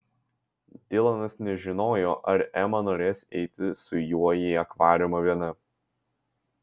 dilanas nežinojo ar ema norės eiti su juo į akvariumą viena